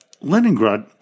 Leningrad